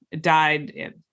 died